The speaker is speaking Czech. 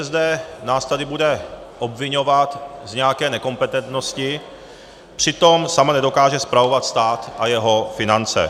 ČSSD nás tady bude obviňovat z nějaké nekompetentnosti, přitom sama nedokáže spravovat stát a jeho finance.